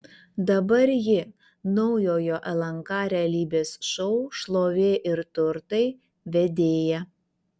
dabar ji naujojo lnk realybės šou šlovė ir turtai vedėja